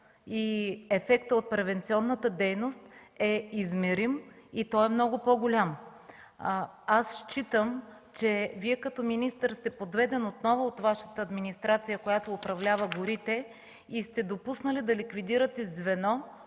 и ефектът от превантивната дейност е измерим и той е много по-голям. Аз считам, че Вие като министър сте подведен отново от Вашата администрация, която управлява горите и сте допуснали да ликвидирате звено,